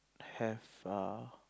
have err